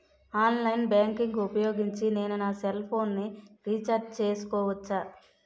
Online banking ఊపోయోగించి నేను నా సెల్ ఫోను ని రీఛార్జ్ చేసుకోవచ్చా?